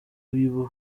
bikennye